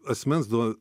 asmens duo